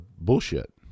bullshit